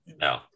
no